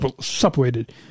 separated